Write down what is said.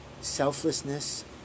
selflessness